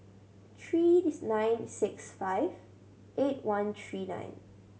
three nine six five eight one three nine